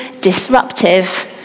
disruptive